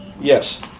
Yes